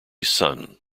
sun